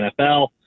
NFL